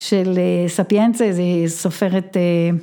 של ספיינצה, זו סופרת